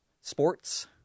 sports